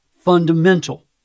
fundamental